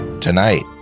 tonight